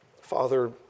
Father